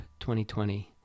2020